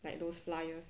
like those flyers